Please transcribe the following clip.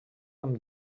amb